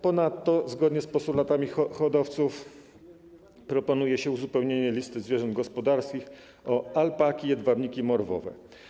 Ponadto zgodnie z postulatami hodowców proponuje się uzupełnienie listy zwierząt gospodarskich o alpaki i jedwabniki morwowe.